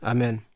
Amen